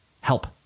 help